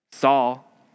Saul